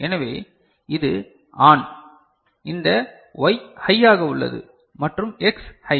எனவே இது ஆன் இந்த Y ஹையாக உள்ளது மற்றும் X ஹை